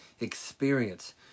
experience